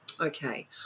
Okay